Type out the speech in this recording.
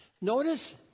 Notice